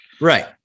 Right